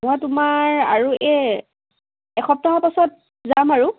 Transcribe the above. মই তোমাৰ আৰু এই এসপ্তাহৰ পাছত যাম আৰু